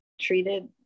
treated